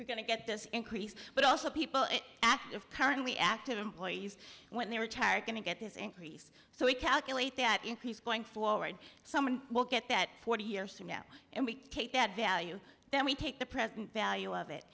are going to get this increase but also people in active currently active employees when they retire going to get this increase so we calculate that increase going forward someone look at that forty years from now and we take that value then we take the present value of it